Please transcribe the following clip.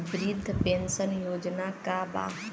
वृद्ध पेंशन योजना का बा?